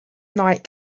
night